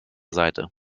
seite